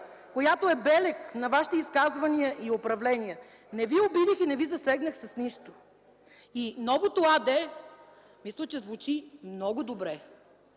която е белег на вашите изказвания и управление. Не ви обидих и не ви засегнах с нищо. И новото АД мисля, че звучи много добре.